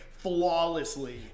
Flawlessly